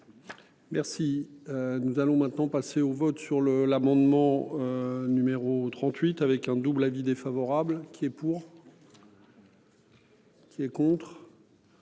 Merci. Nous allons maintenant passer au vote sur le l'amendement. Numéro 38 avec un double avis défavorable qui est pour. C'est contre.